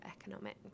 Economics